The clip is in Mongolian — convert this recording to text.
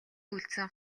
үлдсэн